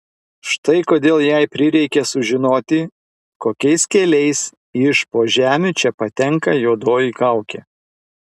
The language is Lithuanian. štai kodėl jai prireikė sužinoti kokiais keliais iš po žemių čia patenka juodoji kaukė